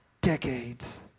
decades